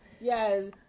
Yes